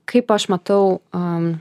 kaip aš matau a